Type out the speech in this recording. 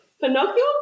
Pinocchio